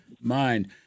mind